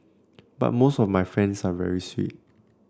but most of my fans are very sweet